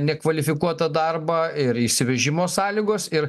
nekvalifikuotą darbą ir įsivežimo sąlygos ir